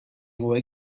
voie